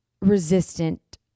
resistant